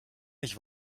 nicht